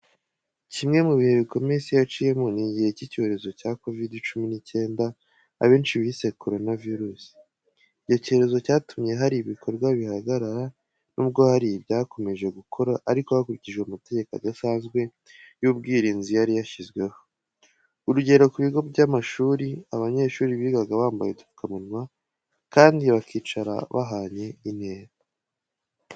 Kimwe mu bihe bikomeye isi yaciyemo n'igihe cy'icyorezo cya "Covid cumi n'icyenda", abenshi bise "koronavirusi". Icyo cyorezo cyatumye hari ibikorwa bihagarara, nubwo hari ibyakomeje gukora ariko hakurikijwe amategeko adasanzwe y'ubwirinzi yari yashyizweho. Urugero, ku bigo by'amashuri, abanyeshuri bigaga bambaye udupfukamunwa kandi bakicara bahanye intera.